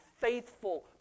faithful